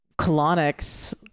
colonics